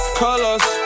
colors